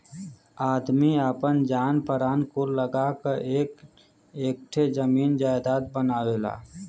आदमी आपन जान परान कुल लगा क एक एक ठे जमीन जायजात बनावेला